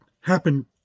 happen